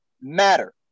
matter